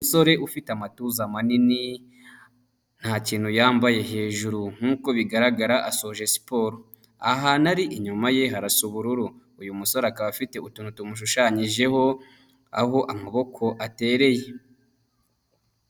Umusore ufite amatuza manini, nta kintu yambaye hejuru nk'uko bigaragara asoje siporo. Ahantu ari inyuma ye harasa ubururu. Uyu musore akaba afite utuntu tumushushanyijeho aho amaboko atereye.